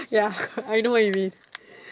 ya I know what you mean